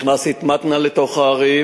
הכנסתי את מתנ"א לתוך הערים,